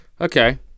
Okay